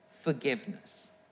forgiveness